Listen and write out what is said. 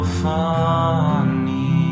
funny